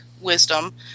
wisdom